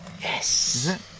Yes